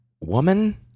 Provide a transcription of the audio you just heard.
woman